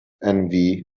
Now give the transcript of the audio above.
envy